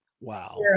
Wow